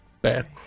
bad